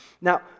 Now